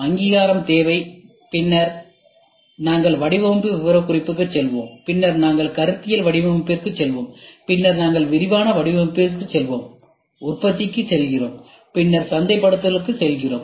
அங்கீகாரத்தேவை பின்னர் வடிவமைப்பு விவரக்குறிப்புக்கு செல்கிறோம் பின்னர் கருத்தியல் வடிவமைப்பிற்கு செல்கிறோம் பின்னர் ங்கள் விரிவான வடிவமைப்பிற்கு செல்கிறோம் நாங்கள் உற்பத்திக்கு செல்கிறோம் பின்னர் சந்தைப்படுத்துதலுக்கு செல்கிறோம்